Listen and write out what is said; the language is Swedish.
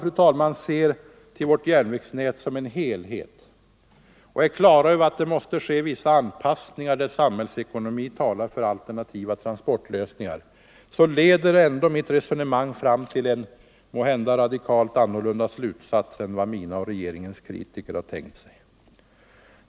Om vi alltså ser till vårt järnvägsnät som en helhet och är på det klara med att det måste ske vissa anpassningar när samhällsekonomin talar för alternativa transportlösningar, leder mitt resonemang ändå fram till en måhända radikalt annan slutsats än vad mina och regeringens kritiker har tänkt sig.